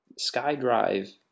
SkyDrive